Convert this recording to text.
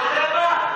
אתה יודע מה?